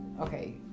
okay